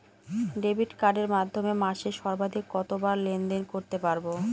Debit কার্ডের মাধ্যমে মাসে সর্বাধিক কতবার লেনদেন করতে পারবো?